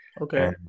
Okay